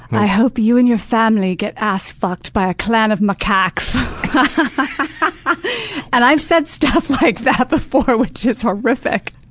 i hope you and your family get ass-fucked by a clan of macaques. but and i've said stuff like that before, which is horrific.